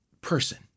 person